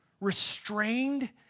Restrained